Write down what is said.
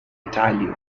italian